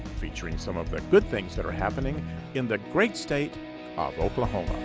featuring some of the good things that are happening in the great state of oklahoma.